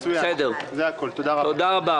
תודה רבה.